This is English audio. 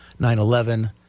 9/11